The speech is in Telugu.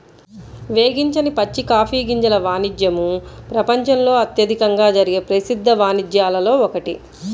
వేగించని పచ్చి కాఫీ గింజల వాణిజ్యము ప్రపంచంలో అత్యధికంగా జరిగే ప్రసిద్ధ వాణిజ్యాలలో ఒకటి